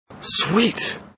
Sweet